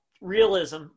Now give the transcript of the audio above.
Realism